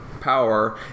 power